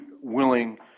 willing